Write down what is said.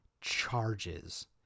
charges